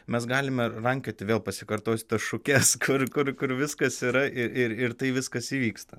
mes galime rankioti vėl pasikartosiu tas šukes kur kur kur viskas yra ir ir tai viskas įvyksta